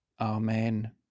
Amen